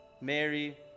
Mary